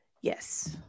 yes